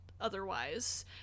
otherwise